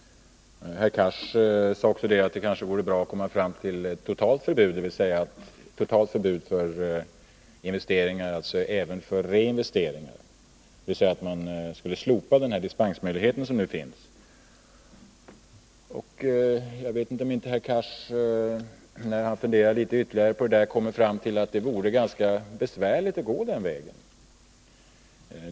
Herr Cars sade också att det kanske vore bra att komma fram till ett totalt förbud för investeringar, alltså även för reinvesteringar. Man skulle med andra ord slopa den dispensmöjlighet som nu finns. Jag undrar om inte herr Cars, när han funderat litet ytterligare på detta, kommer fram till att det vore ganska besvärligt att gå den vägen.